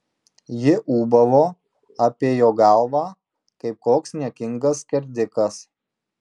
ji ūbavo apie jo galvą kaip koks niekingas skerdikas